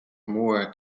moore